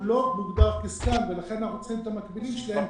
לא מוגדר כסגן לכן אנחנו צריכים את המקבילים שלהם.